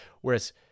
Whereas